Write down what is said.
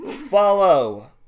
follow